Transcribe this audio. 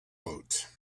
boat